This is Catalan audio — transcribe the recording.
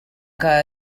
que